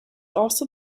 also